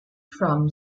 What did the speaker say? from